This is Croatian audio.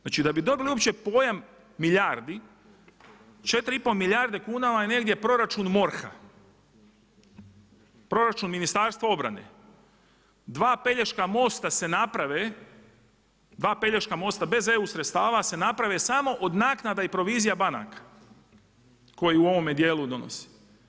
Znači da bi dobili uopće pojam milijardi 4,5 milijardi kuna vam je negdje proračun MORH-a, proračun Ministarstva obrane, dva Pelješka mosta se naprave bez eu sredstava se naprave samo od naknada i provizija banaka koji u ovome dijelu donosi.